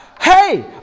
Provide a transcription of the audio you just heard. Hey